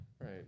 Right